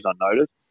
unnoticed